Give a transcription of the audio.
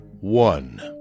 one